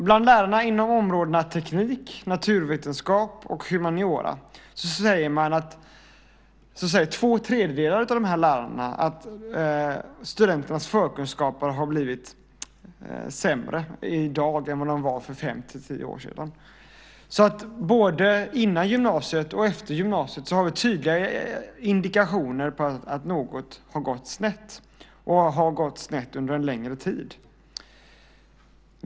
Bland lärarna inom områdena teknik, naturvetenskap och humaniora säger två tredjedelar att studenternas förkunskaper är sämre i dag än vad de var för fem-tio år sedan. Både före och efter gymnasiet har vi tydliga indikationer på att någonting har gått snett, och har gått snett under en längre tid.